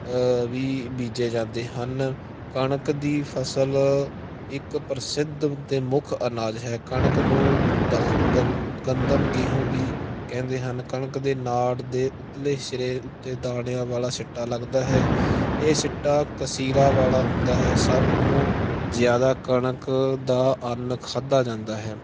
ਵੀ ਬੀਜਿਆ ਜਾਂਦੇ ਹਨ ਕਣਕ ਦੀ ਫਸਲ ਇੱਕ ਪ੍ਰਸਿੱਧ ਅਤੇ ਮੁੱਖ ਅਨਾਜ ਹੈ ਕਣਕ ਨੂੰ ਗੁੰਦਾਂ ਗੰਦਮ ਗੇਂਹੂ ਵੀ ਕਹਿੰਦੇ ਹਨ ਕਣਕ ਦੇ ਨਾੜ ਦੇ ਉੱਤਲੇ ਸਿਰੇ ਉੱਤੇ ਦਾਣਿਆਂ ਵਾਲਾ ਸਿੱਟਾ ਲੱਗਦਾ ਹੈ ਇਹ ਸਿੱਟਾ ਕਸੀਰਾ ਵਾਲਾ ਹੁੰਦਾ ਹੈ ਸਭ ਤੋਂ ਜ਼ਿਆਦਾ ਕਣਕ ਦਾ ਅੰਨ ਖਾਧਾ ਜਾਂਦਾ ਹੈ